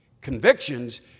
Convictions